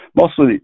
mostly